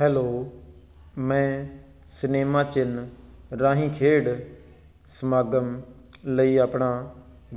hello ਮੈਂ cinema ਚਿੰਨ੍ਹ ਰਾਹੀਂ ਖੇਡ ਸਮਾਗਮ ਲਈ ਆਪਣਾ